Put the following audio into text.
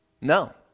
No